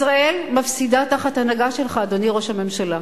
ישראל מפסידה תחת הנהגה שלך, אדוני ראש הממשלה.